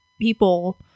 people